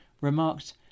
remarked